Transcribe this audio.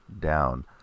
down